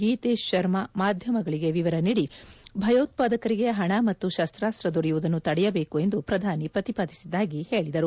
ಗೀತೇಶ್ ಶರ್ಮಾ ಮಾಧ್ಯಮಗಳಿಗೆ ವಿವರ ನೀಡಿ ಭಯೋತ್ವಾದಕರಿಗೆ ಹಣ ಮತ್ತು ಶಸ್ತಾಸ್ಟ ದೊರೆಯುವುದನ್ನು ತಡೆಯಬೇಕು ಎಂದು ಪ್ರಧಾನಿ ಪ್ರತಿಪಾದಿಸಿದ್ದಾಗಿ ಹೇಳಿದರು